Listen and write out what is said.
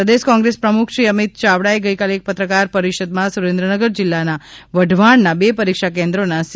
પ્રદેશ કોન્ગ્રેસ પ્રમુખ શ્રી અમિત ચાવડાએ ગઇકાલે એક પત્રકાર પરિષદમાં સુરેન્દ્રનગર જિલ્લાના વઢવાણના બે પરીક્ષા કેન્દ્રોના સી